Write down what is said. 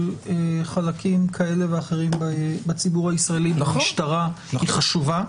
שאלת האמון של חלקים כאלה ואחרים בציבור הישראלי במשטרה היא חשובה.